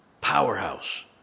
powerhouse